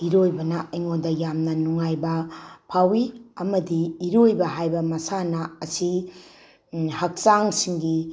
ꯏꯔꯣꯏꯕꯅ ꯑꯩꯉꯣꯟꯗ ꯌꯥꯝꯅ ꯅꯨꯡꯉꯥꯏꯕ ꯐꯥꯎꯋꯤ ꯑꯃꯗꯤ ꯏꯔꯣꯏꯕ ꯍꯥꯏꯕ ꯃꯁꯥꯟꯅ ꯑꯁꯤ ꯍꯛꯆꯥꯡ ꯁꯤꯡꯒꯤ